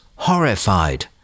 horrified